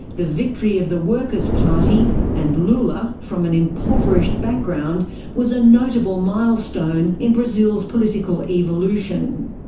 the victory of the worker's party and lula from an impoverished background was a notable milestone in brazil's political evolution.